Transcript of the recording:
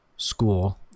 school